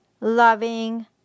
loving